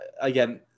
again